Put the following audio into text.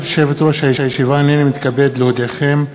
אני אומר לכם.